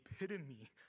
epitome